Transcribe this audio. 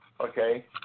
okay